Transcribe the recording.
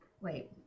Wait